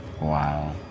Wow